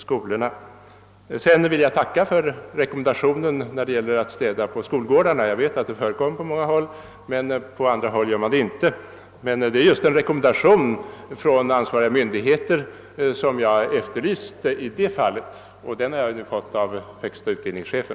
Slutligen tackar jag för statsrådets rekommendation att städa på skolgårdarna. Jag vet att man gör det på många håll, men i vissa skolor gör man det inte. Just en rekommendation från ansvariga myndigheter är vad jag har efterlyst, och den har jag nu fått av högste utbildningschefen.